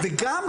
וגם,